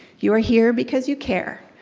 you are here because you care.